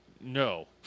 no